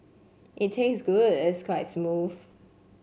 it taste good it's quite smooth